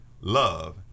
love